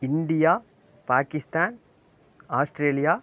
India Pakistan Australia